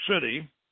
city